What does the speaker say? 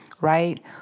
Right